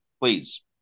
please